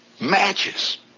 Matches